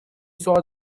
saw